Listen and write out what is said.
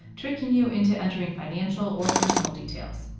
tricking you into entering financial or personal details.